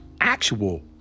Actual